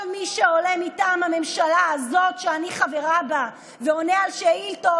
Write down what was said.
כל מי שעולה מטעם הממשלה הזאת שאני חברה בה ועונה על שאילתות,